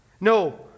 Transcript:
No